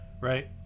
right